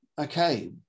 Okay